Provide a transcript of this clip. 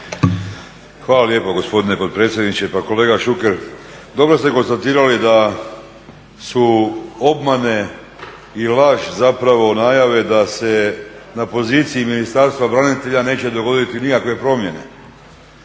Hvala lijepa gospodine potpredsjedniče. Pa kolega Šuker, dobro ste konstatirali da su obmane i laž zapravo najave da se na poziciji Ministarstva branitelja neće dogoditi nikakve promjene.